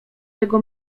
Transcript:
tego